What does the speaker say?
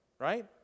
Right